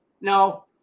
No